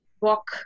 walk